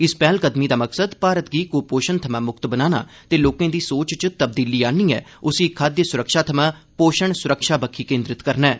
इस पैह्लकदमी दा मकसद भारत गी कुपोषण थमां मुक्त बनाना ते लोकें दी सोच च तब्दीली आह्न्नियै उसी खाद्य सुरक्षा थमां पोषण सुरक्षा बक्खी केन्द्रित करना ऐ